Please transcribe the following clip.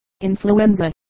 influenza